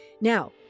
Now